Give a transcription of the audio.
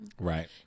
right